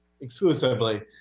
exclusively